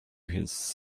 his